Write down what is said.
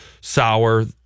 sour